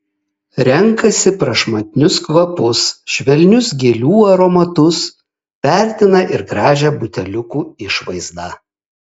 renkasi prašmatnius kvapus švelnius gėlių aromatus vertina ir gražią buteliukų išvaizdą